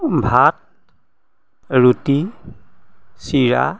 ভাত ৰুটি চিৰা